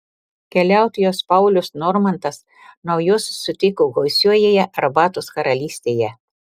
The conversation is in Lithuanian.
keliautojas paulius normantas naujuosius sutiko gausiojoje arbatos karalystėje